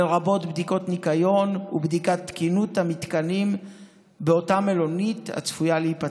לרבות בדיקות ניקיון ובדיקת תקינות המתקנים באותה מלונית הצפויה להיפתח.